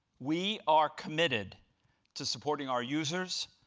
we are committed to supporting our users,